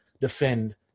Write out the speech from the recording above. defend